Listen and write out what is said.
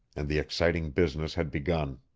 and the exciting business had begun.